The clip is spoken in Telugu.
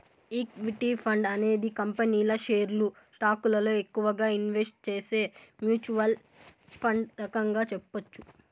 ఈక్విటీ ఫండ్ అనేది కంపెనీల షేర్లు స్టాకులలో ఎక్కువగా ఇన్వెస్ట్ చేసే మ్యూచ్వల్ ఫండ్ రకంగా చెప్పొచ్చు